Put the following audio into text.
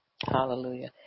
Hallelujah